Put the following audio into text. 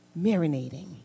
Marinating